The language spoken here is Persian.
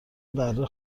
بره